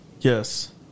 Yes